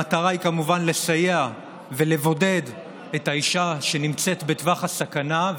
המטרה היא לסייע לאישה שנמצאת בטווח סכנה,